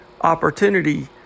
opportunity